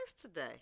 today